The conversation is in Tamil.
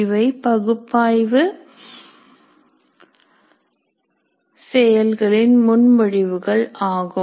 இவை பகுப்பாய்வு செயல்களின் முன் மொழிவுகள் ஆகும்